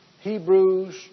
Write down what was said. Hebrews